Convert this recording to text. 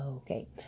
Okay